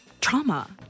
trauma